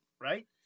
right